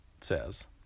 says